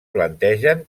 plantegen